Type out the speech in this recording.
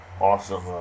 awesome